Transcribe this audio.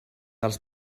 dels